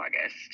August